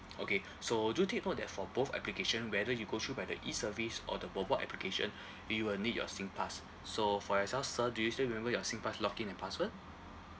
okay so do take note that for both application whether you go through by the E service or the mobile application you will need your SINGPASS so for yourself sir do you still remember your SINGPASS login and password